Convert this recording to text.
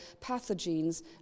pathogens